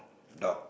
dog